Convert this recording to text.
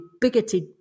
bigoted